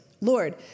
Lord